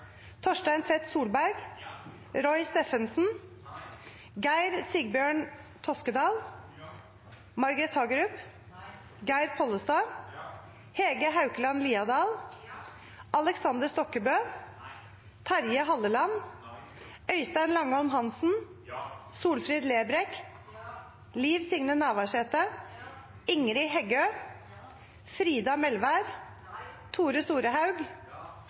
Torstein Tvedt Solberg, Geir Sigbjørn Toskedal, Geir Pollestad, Hege Haukeland Liadal, Øystein Langholm Hansen, Solfrid Lerbrekk, Liv Signe Navarsete, Ingrid Heggø, Tore Storehaug,